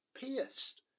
pierced